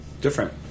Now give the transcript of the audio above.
Different